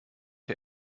der